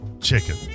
chicken